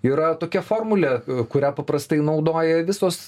yra tokia formulė kurią paprastai naudoja visos